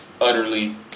utterly